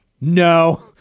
no